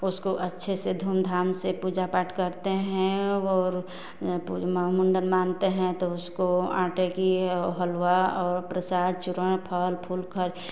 उसको अच्छे से धूमधाम से पूजा पाठ करते हैं और मुण्डन मानते हैं तो उसको आटे का हलवा और प्रसाद चूरन फल फूल खर